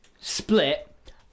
split